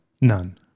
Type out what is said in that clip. None